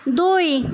দুই